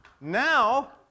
Now